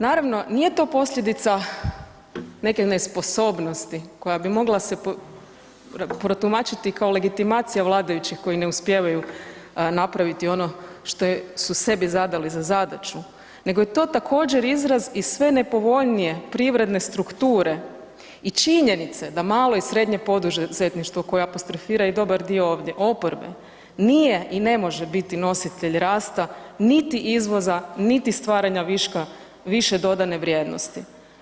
Naravno, nije to posljedica neke nesposobnosti koja bi mogla se protumačiti kao legitimacija vladajućih koji ne uspijevaju napraviti ono što su sebi zadali za zadaću nego je to također izraz iz sve nepovoljnije privredne strukture i činjenice da malo i srednje poduzetništvo koje apostrofira i dobar dio ovdje oporbe, nije i ne može biti nositelj rasta, niti izvoza, niti stvaranja viška više dodane vrijednosti.